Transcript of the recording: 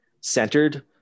centered